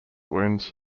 wounds